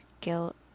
guilt